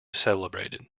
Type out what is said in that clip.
celebrated